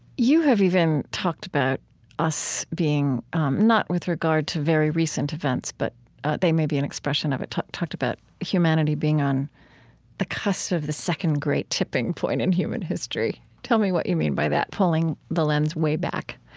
you have even talked about us being not with regard to very recent events, but they may be an expression of it talked talked about humanity being on the cusp of the second great tipping point in human history. tell me what you mean by that, pulling the lens way back?